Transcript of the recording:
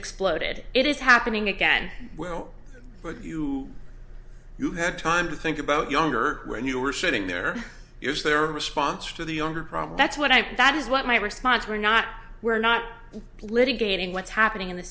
exploded it is happening again well but you you had time to think about younger when you were sitting there is there a response to the younger problem that's what i think that is what my response were not we're not litigating what's happening in the